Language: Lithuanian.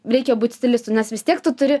reikia būt stilistu nes vis tiek tu turi